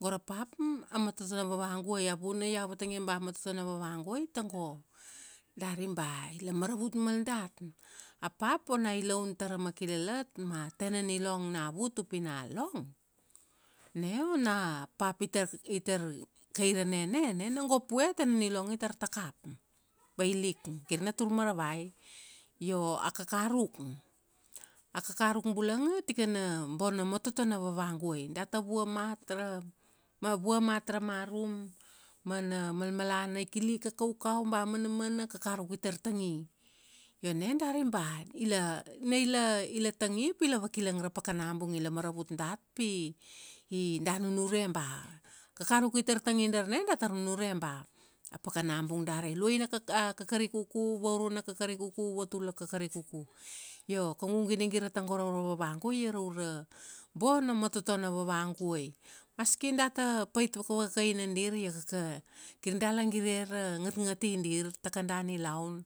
Go ra papa a moto na vavaguai. A vuna iau vatangina ba a matoto na vavaguai tago, dari ba, ila maravut mal dat. A pap ona i laun tara makilalat ma a tena nilong na vut upi na long, na ona a pap itar, itar kairane na, na gop vue a tena nilong itar takap, vailik. Kir na tur maravai. Io, a kakaruk.A kakaruk bula ia tikana bona mototo na vavaguai. Data vua mat ra, ma vua mat ra marum, mana malmalana ikilik na kaukau ba manamana kakaruk itar tangi. Io na dari ba, ila, na ila tangi pi la vakilang ra pakana bung. Ila maravut dat, pi i da nunure ba, a kakaruk itar tangi, darna, datar nunure ba a pakana bung dari. A luaina kakari kuku, vauruana kakari kuku, vautulan kakari kuku. Io kaugu ginigira tago ra ura vavaguai ia ra ura, bona na mototo na na vavguai. Maski data pait vakavakaina dir, iakaka kir da la gire ra ngatngati dir ta kada nilaun.